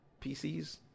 pcs